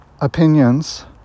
opinions